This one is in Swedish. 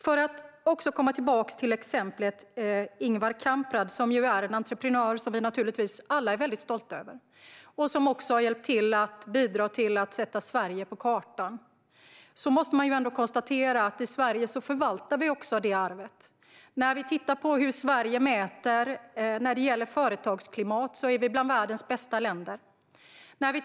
För att komma tillbaka till exemplet Ingvar Kamprad, som ju är en entreprenör som vi alla naturligtvis är väldigt stolta över och som också har bidragit till att sätta Sverige på kartan, måste man ändå konstatera att vi också förvaltar detta arv i Sverige. I mätningar av företagsklimat hamnar Sverige bland världens bästa länder.